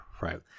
right